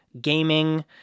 gaming